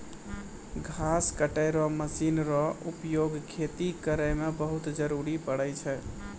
घास कटै रो मशीन रो उपयोग खेती करै मे बहुत जरुरी पड़ै छै